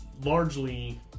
largely